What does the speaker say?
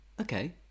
Okay